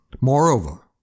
Moreover